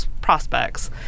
prospects